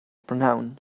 prynhawn